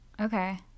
okay